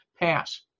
pass